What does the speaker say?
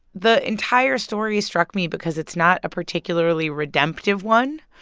the entire story struck me because it's not a particularly redemptive one,